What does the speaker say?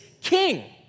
king